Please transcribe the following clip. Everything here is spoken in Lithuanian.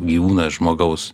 gyvūnas žmogaus